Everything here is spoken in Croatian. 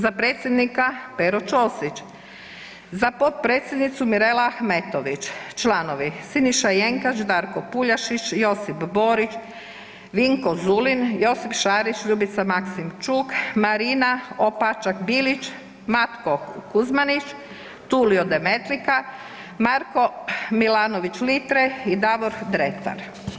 Za predsjednika Pero Ćosić, za potpredsjednicu Mirela Ahmetović, za članove: Siniša Jenkač, Darko PUljašić, Josip Borić, Vinko Zulin, Josip Šarić, Ljubica Maksimčuk, Marina Opačak Bilić, Matko Kuzmanić, Tulio Demetlika, Marko Milanović Litre i Davor Dretar.